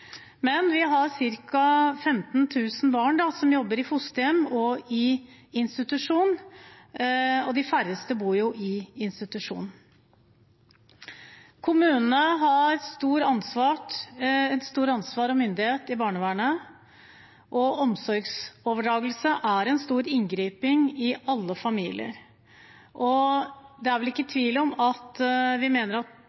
men vi har ca. 15 000 barn som bor i fosterhjem eller i institusjon, og de færreste bor i institusjon. Kommunene har stort ansvar og stor myndighet i barnevernet. Omsorgsoverdragelse er en stor inngripen i alle familier. Det er vel ikke